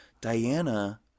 Diana